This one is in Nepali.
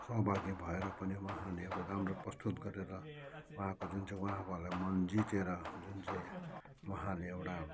सौभाग्य भएर पनि उहाँले एउटा राम्रो प्रस्तुत गरेर उहाँको जुन चाहिँ उहाँकोहरूलाई मन जितेर जुन चाहिँ उहाँहरूले एउटा